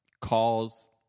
calls